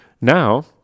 Now